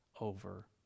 over